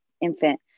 infant